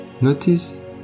Notice